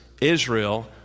Israel